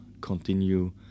continue